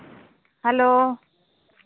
hello